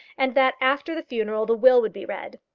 and that after the funeral the will would be read.